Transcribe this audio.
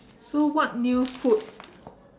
so what new food